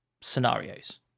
scenarios